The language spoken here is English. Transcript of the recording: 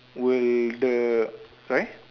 will the sorry